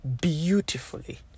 beautifully